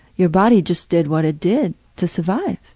your body just did what it did to survive.